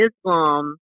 Islam